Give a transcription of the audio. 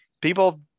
People